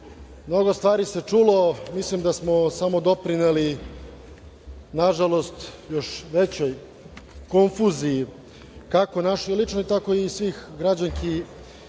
Mnogo stvari se čulo. Mislim da smo samo doprineli nažalost, još većoj konfuziji, kako našoj ličnoj, tako i svih građanki